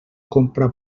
compra